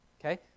Okay